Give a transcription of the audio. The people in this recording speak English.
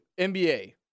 NBA